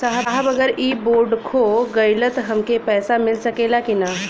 साहब अगर इ बोडखो गईलतऽ हमके पैसा मिल सकेला की ना?